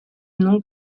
nom